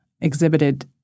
exhibited